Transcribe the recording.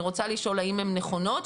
אני רוצה לשאול האם הן נכונות,